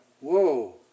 whoa